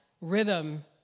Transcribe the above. rhythm